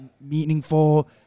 meaningful